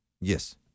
Yes